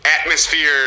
atmosphere